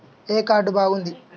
ఏ card బాగుంది?